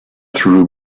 through